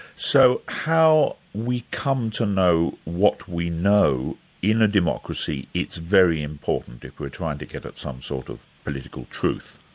so how we come to know what we know in a democracy, it's very important if we're trying to get at some sort of political truth?